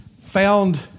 found